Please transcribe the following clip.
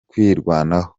kwirwanaho